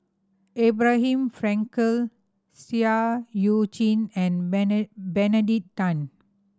Abraham Frankel Seah Eu Chin and Benedict Tan